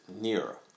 nearer